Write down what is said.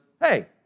hey